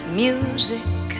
music